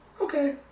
okay